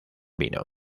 vino